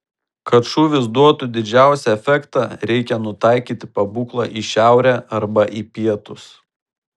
kad šūvis duotų didžiausią efektą reikia nutaikyti pabūklą į šiaurę arba į pietus